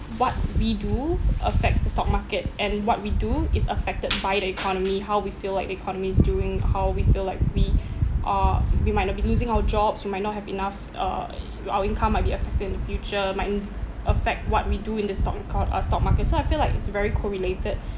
what we do affects the stock market and what we do is affected by the economy how we feel like the economy is doing how we feel like we are we might be uh losing our jobs we might not have enough uh our income might be affected in the future might um affect what we do in the stock co~ uh stock market so I feel like it's very correlated